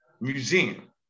Museum